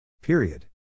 Period